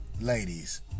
ladies